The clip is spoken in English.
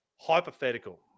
Hypothetical